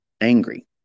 angry